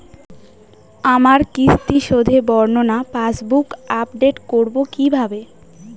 আমার কিস্তি শোধে বর্ণনা পাসবুক আপডেট করব কিভাবে?